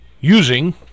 using